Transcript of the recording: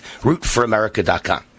Rootforamerica.com